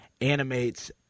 animates